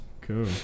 Cool